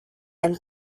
and